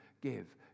give